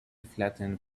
flattened